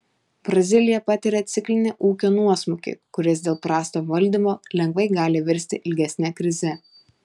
brazilija patiria ciklinį ūkio nuosmukį kuris dėl prasto valdymo lengvai gali virsti ilgesne krize